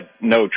no